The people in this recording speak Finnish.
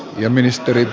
arvoisa puhemies